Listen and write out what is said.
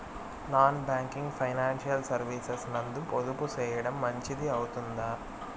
Non banking financial services నందు పొదుపు సేయడం మంచిది అవుతుందా?